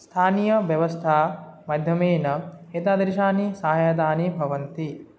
स्थानीयव्यवस्थामाध्यमेन एतादृशानि साहाय्यानि भवन्ति